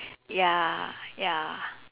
ya ya